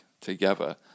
together